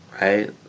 right